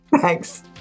Thanks